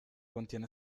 contiene